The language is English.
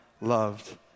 loved